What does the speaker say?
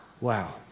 Wow